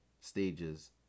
stages